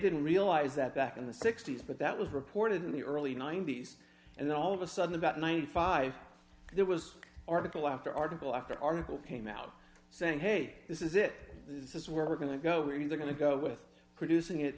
didn't realise that back in the sixty's but that was reported in the early ninety's and then all of a sudden about ninety five dollars there was article after article after article came out saying hey this is it this is where we're going to go we're going to go with producing it